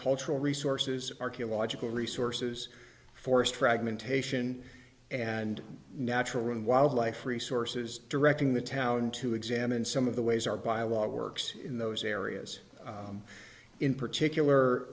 cultural resources archaeological resources forest fragmentation and natural in wildlife resources directing the town to examine some of the ways our by a law works in those areas in particular